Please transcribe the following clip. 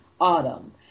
Autumn